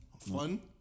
fun